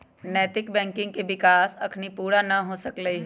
नैतिक बैंकिंग के विकास अखनी पुरा न हो सकलइ ह